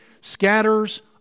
scatters